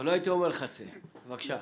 אמץ, בבקשה.